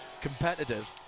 competitive